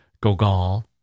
Gogol